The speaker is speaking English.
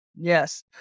Yes